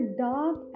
dark